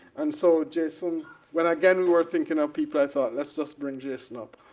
and so jason when again, we were thinking of people, i thought, let's just bring jason up.